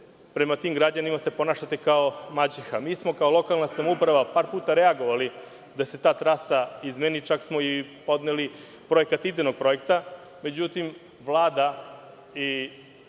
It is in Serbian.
prema tim građanima ponašate kao maćeha. Mi smo kao lokalna samouprava par puta reagovali da se ta trasa izmeni, čak smo i podneli projekat idejnog projekta. Međutim, Vlada i